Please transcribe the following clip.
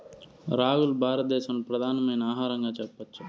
రాగులు భారత దేశంలో ప్రధానమైన ఆహారంగా చెప్పచ్చు